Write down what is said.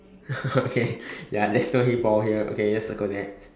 okay ya there's no hey Paul here okay just circle that